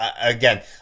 again